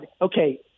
okay